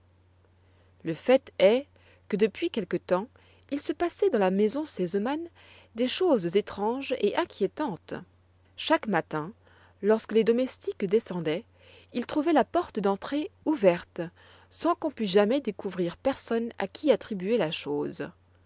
le fait est que depuis quelque temps il se passait dans la maison sesemann des choses étranges et inquiétantes chaque matin lorsque les domestiques descendaient ils trouvaient la porte d'entrée ouverte sans qu'on pût jamais découvrir personne à qui attribuer la chose